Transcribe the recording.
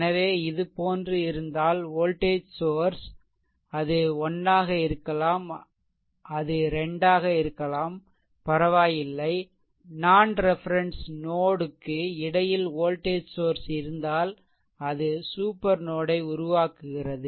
எனவே இது போன்று இருந்தால் வோல்டேஜ் சோர்ஸ் அது 1 ஆக இருக்கலாம் அது 2 ஆக இருக்கலாம் பரவாயில்லை நான்ரெஃபெரென்ஸ் நோட் க்கு இடையில்வோல்டேஜ் சோர்ஸ் இருந்தால் அது ஒரு சூப்பர் நோட்யை உருவாக்குகிறது